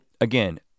again